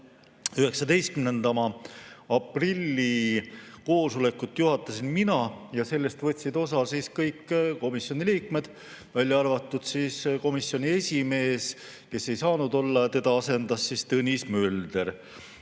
19. aprilli koosolekut juhatasin mina ja sellest võtsid osa kõik komisjoni liikmed, välja arvatud komisjoni esimees, kes ei saanud kohal olla, ja teda asendas Tõnis Mölder.